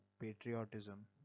patriotism